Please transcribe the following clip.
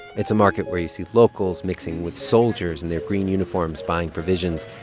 it's a market where you see locals mixing with soldiers in their green uniforms buying provisions.